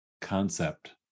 concept